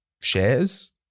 shares